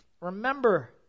remember